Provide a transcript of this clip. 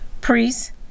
priests